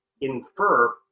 infer